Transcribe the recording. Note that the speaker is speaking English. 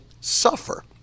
suffer